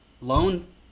loan